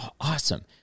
awesome